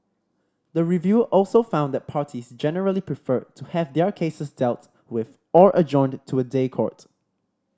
the review also found that parties generally preferred to have their cases dealt with or adjourned to a day court